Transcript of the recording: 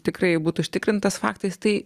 tikrai būt užtikrintas faktais tai